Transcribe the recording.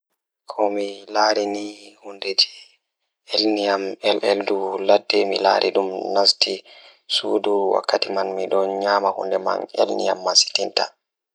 Ko ngal ɗum njidaade e ɓernde ngal rewɓe ngal, mi njiddaade ɗum ngam ngal rewɓe ngal njidaade eɗen. Ko ngal njiddaade ɗum rewɓe ngal rewɓe ngal ngal njiddaade kañum,